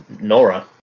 Nora